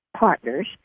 partners